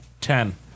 Ten